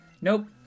Nope